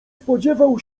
spodziewał